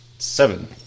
Seven